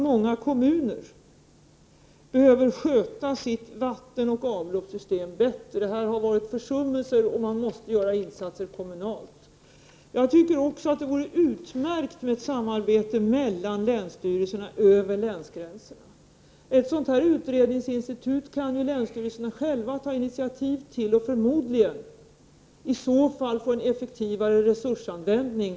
Många kommuner bör sköta sitt vattenoch avloppssystem bättre. Här har skett försummelser, och kommunala insatser måste göras. Det vore utmärkt med ett samarbete mellan länsstyrelserna över länsgränserna. Ett sådant här utredningsinstitut kan länsstyrelserna själva ta initiativ till och i så fall förmodligen få en effektivare resursanvändning.